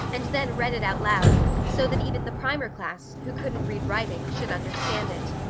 and then read it out loud so that even the primer class, who couldn't read writing, should understand it.